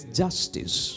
justice